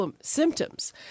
symptoms